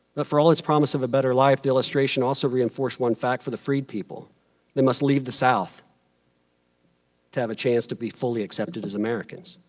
but for all its promise of a better life, the illustration also reinforced one fact for the freed people they must leave the south to have a chance to be fully accepted as americans.